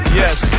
yes